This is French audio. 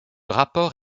rapport